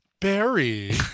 Barry